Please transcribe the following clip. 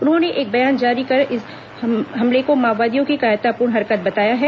उन्होंने एक बयान जारी कर इस हमले को माओवादियों की कायरतापूर्ण हरकत बताया है